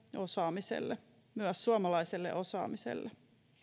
osaamiselle myös suomalaiselle osaamiselle